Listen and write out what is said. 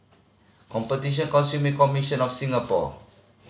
Competition Consumer Commission of Singapore